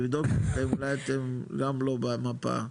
תבדקו אולי אתם גם לא במפה.